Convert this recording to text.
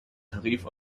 tarif